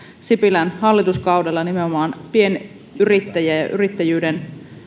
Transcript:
sipilän hallituskaudella nimenomaan pienyrittäjien ja yrittäjyyden